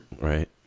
Right